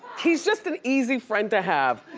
he's just an easy friend to have.